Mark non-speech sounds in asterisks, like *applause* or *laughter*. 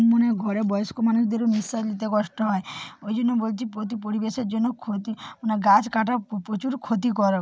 মানে ঘরে বয়স্ক মানুষদেরও নিঃশ্বাস নিতে কষ্ট হয় ওই জন্য বলছি পরিবেশের জন্য ক্ষতি *unintelligible* গাছ কাটা প্রচুর ক্ষতিকরও